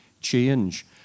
change